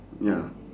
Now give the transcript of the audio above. ya